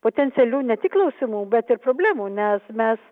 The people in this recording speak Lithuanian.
potencialių ne tik klausimų bet ir problemų nes mes